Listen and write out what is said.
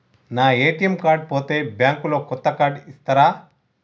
నా ATM card పోతే bank లో కొత్త కార్డు ఇస్తరా?